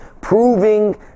proving